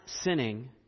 sinning